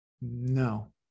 No